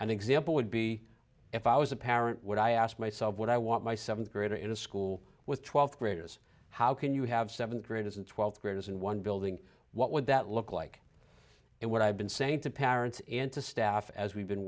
an example would be if i was a parent would i ask myself what i want my seventh grader in a school with twelfth graders how can you have seventh graders and twelve graders in one building what would that look like and what i've been saying to parents and to staff as we've been